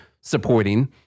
supporting